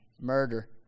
murder